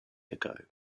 ago